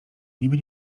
niby